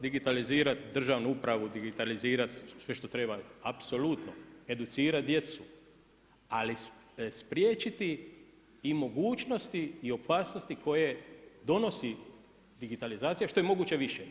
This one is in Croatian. Digitalizirati državnu upravu, digitalizirati sve što treba, apsolutno, educirati djecu ali spriječiti i mogućnosti i opasnosti koje donosi digitalizacija što je moguće više.